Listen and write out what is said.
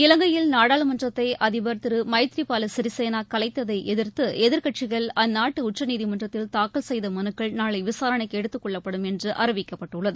இலங்கையில் நாடாளுமன்றத்தைஅதிபர் திருமைதிரிபாலசிறிசேனாகலைத்ததைஎதிர்த்து எதிர்க்கட்சிகள் அந்நாட்டுஉச்சநீதிமன்றத்தில் தாக்கல் செய்தமனுக்கள் நாளைவிசாரணைக்குடுத்துக் கொள்ளப்படும் என்றுஅறிவிக்கப்பட்டுள்ளது